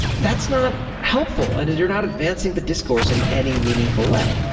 that's not helpful and you're not advancing the discourse in any meaningful way.